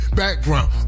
background